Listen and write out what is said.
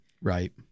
Right